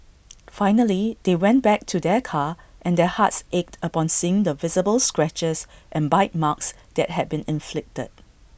finally they went back to their car and their hearts ached upon seeing the visible scratches and bite marks that had been inflicted